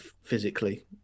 physically